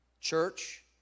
church